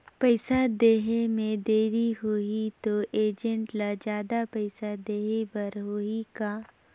पइसा देहे मे देरी होही तो एजेंट ला जादा पइसा देही बर होही का?